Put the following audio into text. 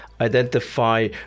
identify